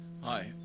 Hi